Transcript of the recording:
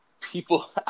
people